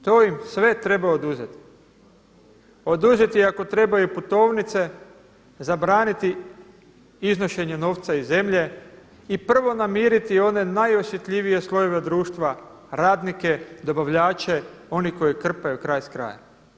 To im sve treba oduzeti, oduzeti ako treba i putovnice, zabraniti iznošenje novca iz zemlje i prvo namiriti one najosjetljivije slojeve društva radnike, dobavljače, oni koji krpaju kraj s krajem.